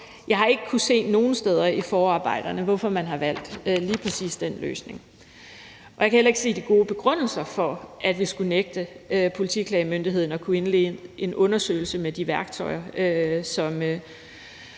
Jeg har ikke kunnet se nogen steder i forarbejderne, hvorfor man har valgt lige præcis den løsning, og jeg kan heller ikke se de gode begrundelser for, at vi skulle nægte Politiklagemyndigheden at kunne indlede en undersøgelse med de værktøjer,